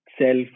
self